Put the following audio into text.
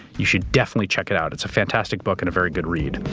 you should definitely check it out. it's a fantastic book and a very good read.